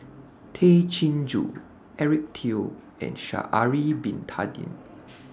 Tay Chin Joo Eric Teo and Sha'Ari Bin Tadin